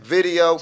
Video